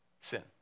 sin